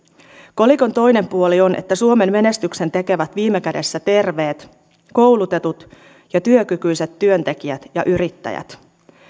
kolikon toinen puoli on että suomen menestyksen tekevät viime kädessä terveet koulutetut ja työkykyiset työntekijät ja yrittäjät